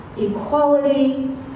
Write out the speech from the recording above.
equality